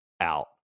out